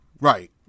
Right